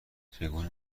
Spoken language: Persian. چگونه